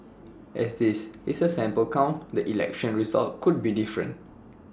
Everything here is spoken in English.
as this is A sample count the election result could be different